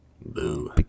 Boo